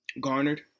garnered